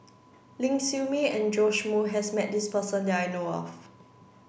Ling Siew May and Joash Moo has met this person that I know of